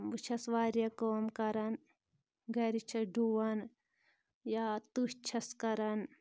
بہٕ چھَس واریاہ کٲم کَرَان گَرِ چھَس ڈُوَان یا تٔژھس چھَس کَران